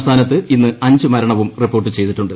സംസ്ഥാനത്ത് ഇന്ന് നാല് മരണവും റിപ്പോർട്ട് ചെയ്തിട്ടുണ്ട്